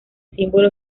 símbolo